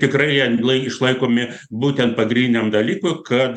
tikrai jie lai išlaikomi būtent pagryniam dalykui kad